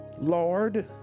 Lord